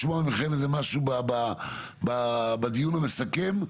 לשמוע מכם איזה משהו בדיון הסמכם,